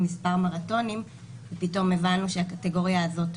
מספר מרתונים ופתאום הבנו שהקטגוריה הזאת,